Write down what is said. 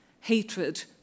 Hatred